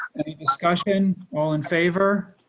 any discussion. all in favor.